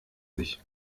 sich